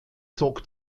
zog